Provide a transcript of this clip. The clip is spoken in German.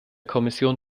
kommission